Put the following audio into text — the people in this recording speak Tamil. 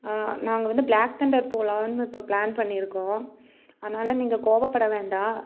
நாங்கள் வந்து ப்ளாக் தண்டர் போலாம்னு இப்போ ப்ளான் பண்ணியிருக்கோம் அதனால் நீங்கள் கோவப்பட வேண்டாம்